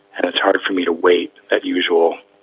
and it's harder for me to wait, as usual,